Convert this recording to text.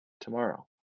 tomorrow